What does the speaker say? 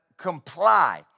comply